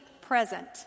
present